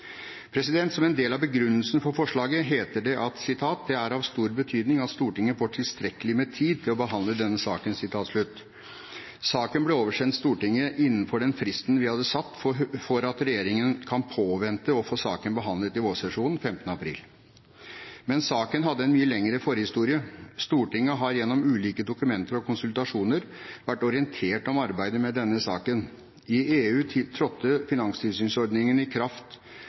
Som en del av begrunnelsen for forslaget heter det at «det er av stor betydning at Stortinget får tilstrekkelig med tid til å behandle» denne saken. Saken ble oversendt Stortinget innenfor den fristen vi hadde satt for at regjeringen kan påvente å få saken behandlet i vårsesjonen, 15. april. Men saken har en mye lengre forhistorie. Stortinget har gjennom ulike dokumenter og konsultasjoner vært orientert om arbeidet med denne saken. I EU trådte finanstilsynsordningen i kraft